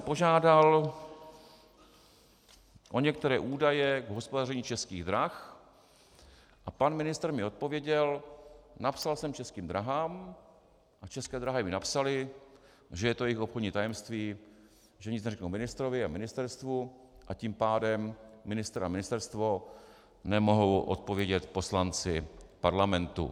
Požádal jsem o některé údaje k hospodaření Českých drah a pan ministr mi odpověděl: Napsal jsem Českým dráhám a České dráhy mi napsaly, že je to jejich obchodní tajemství, že nic neřeknou ministrovi a ministerstvu, a tím pádem ministr a ministerstvo nemohou odpovědět poslanci Parlamentu.